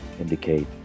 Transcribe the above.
indicate